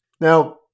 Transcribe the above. Now